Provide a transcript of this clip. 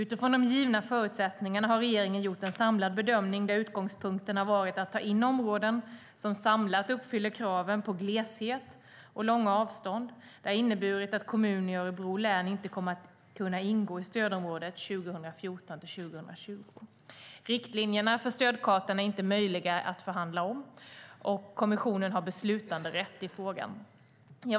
Utifrån de givna förutsättningarna har regeringen gjort en samlad bedömning där utgångspunkten har varit att ta in områden som samlat uppfyller kraven på gleshet och långa avstånd. Det har inneburit att kommuner i Örebro län inte kommer att kunna ingå i stödområdet 2014-2020. Riktlinjerna för stödkartan är inte möjliga att förhandla om, och kommissionen har beslutanderätt i frågan.